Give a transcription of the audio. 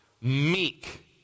Meek